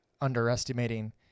underestimating